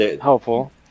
helpful